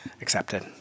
accepted